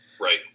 Right